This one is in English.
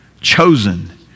chosen